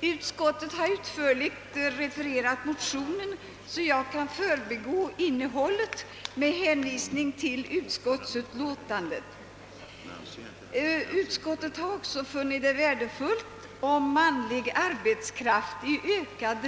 Eftersom utskottet utför ligt har refererat motionerna kan jag förbigå innehållet i dessa med hänvisning till utskottsutlåtandet. Utskottet har också funnit det värdefullt om manlig arbetskraft i ökad